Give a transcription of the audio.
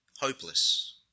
hopeless